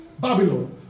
Babylon